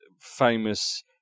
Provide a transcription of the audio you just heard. famous